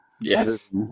Yes